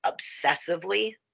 obsessively